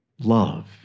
love